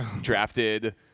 drafted